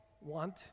want